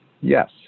Yes